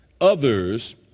others